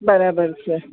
બરાબર છે